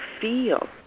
feel